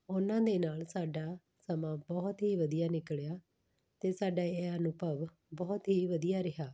ਉਹਨਾਂ ਦੇ ਨਾਲ ਸਾਡਾ ਸਮਾਂ ਬਹੁਤ ਹੀ ਵਧੀਆ ਨਿਕਲਿਆ ਅਤੇ ਸਾਡਾ ਇਹ ਅਨੁਭਵ ਬਹੁਤ ਹੀ ਵਧੀਆ ਰਿਹਾ